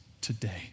today